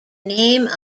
name